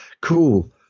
Cool